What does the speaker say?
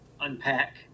unpack